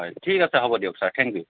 হয় ছাৰ হ'ব দিয়ক ছাৰ থেংক ইউ